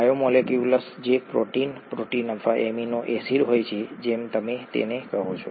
biomolecules જે protein protein અથવા amino acid હોય છે જેમ તમે તેને કહો છો